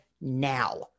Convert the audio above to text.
now